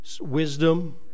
Wisdom